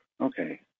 Okay